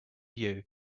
you